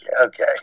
okay